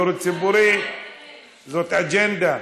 דיור ציבורי זאת אג'נדה.